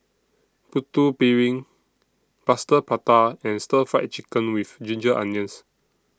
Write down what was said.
Putu Piring Plaster Prata and Stir Fried Chicken with Ginger Onions